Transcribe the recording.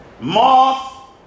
moth